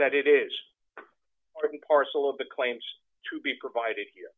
that it is part and parcel of the claims to be provided here